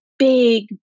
big